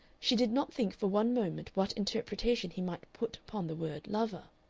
she did not think for one moment what interpretation he might put upon the word lover.